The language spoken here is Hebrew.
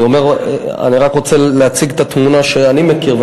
אני רק רוצה להציג את התמונה שאני מכיר,